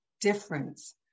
difference